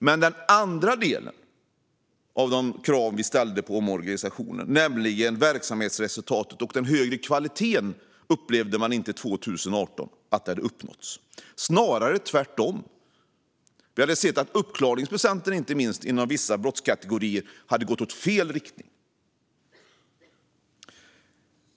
Men de andra krav som vi ställde på omorganisationen, nämligen verksamhetsresultatet och den högre kvaliteten, upplevde man inte hade uppfyllts 2018 - snarare tvärtom. Inte minst hade uppklaringsprocenten inom vissa brottskategorier gått i fel riktning.